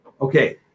Okay